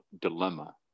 dilemma